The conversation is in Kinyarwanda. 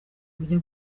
ujya